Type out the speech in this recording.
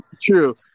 True